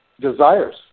desires